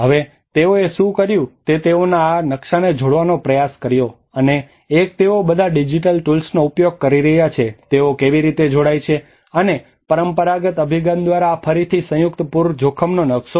હવે તેઓએ શું કર્યું તે તેઓએ આ નકશાને જોડવાનો પ્રયાસ કર્યો અને એક તેઓ બધા ડિજિટલ ટૂલ્સનો ઉપયોગ કરી રહ્યાં છે કે તેઓ કેવી રીતે જોડાય છે અને પરંપરાગત અભિગમ દ્વારા આ ફરીથી સંયુક્ત પૂર જોખમનો નકશો છે